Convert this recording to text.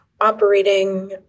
operating